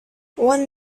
one